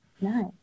Nice